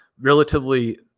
relatively